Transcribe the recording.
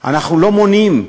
אנחנו לא מונעים.